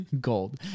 gold